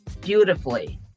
beautifully